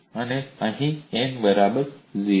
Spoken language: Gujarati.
અને અહીં n બરાબર 0